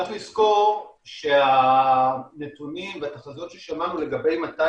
צריך לזכור שהנתונים והתחזיות ששמענו לגבי 200